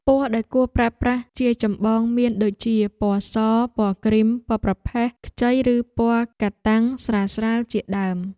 ពណ៌ដែលគួរប្រើប្រាស់ជាចម្បងមានដូចជាពណ៌សពណ៌គ្រីមពណ៌ប្រផេះខ្ចីឬពណ៌កាតាំងស្រាលៗជាដើម។